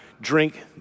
drink